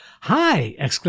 Hi